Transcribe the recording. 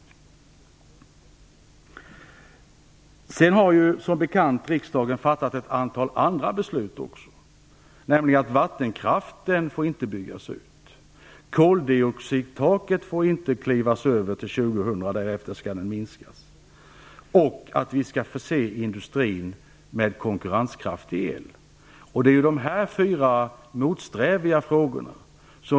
Sedan har riksdagen som bekant också fattat ett antal andra beslut. Vattenkraften får inte byggas ut. Koldioxidtaket får inte klivas över efter år 2000, och därefter skall utsläppen minskas. Vi skall förse industrin med konkurrenskraftig el. Det finns en energipolitisk låsning vad gäller dessa fyra motsträviga frågor.